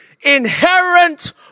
Inherent